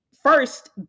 First